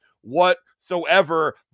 whatsoever